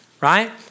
right